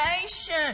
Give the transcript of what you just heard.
nation